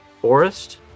forest